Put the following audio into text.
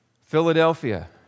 Philadelphia